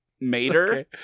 Mater